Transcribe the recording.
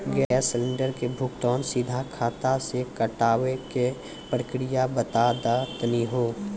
Gas cylinder के भुगतान सीधा खाता से कटावे के प्रक्रिया बता दा तनी हो?